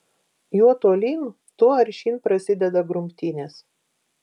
juo tolyn tuo aršyn prasideda grumtynės